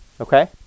okay